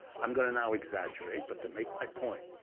i'm going to now exaggerate, but to make my point.